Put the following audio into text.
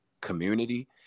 community